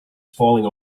falling